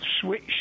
switch